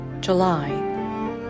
July